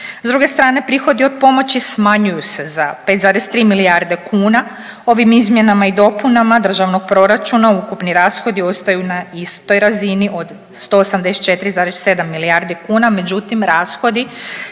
S druge strane prihodi od pomoći smanjuju se za 5,3 milijarde kuna. Ovim izmjenama i dopunama državnog proračuna ukupni rashodi ostaju na istoj razini od 184,7 milijardi kuna, međutim rashodi